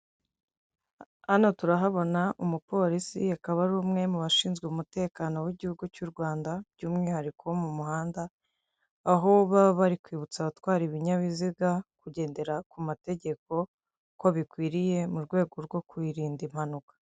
Hano turahabona umupolisi, akaba ari umwe mu bashinzwe umutekano w'u Rwanda, by'umwihariko mu muhanda. Aho baba bari kwibutsa abatwara ibinyabiziga kugendera ku mategeko uko bikwiriye, mu rwego rwo kwirinda impanuka.